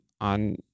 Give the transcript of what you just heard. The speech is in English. on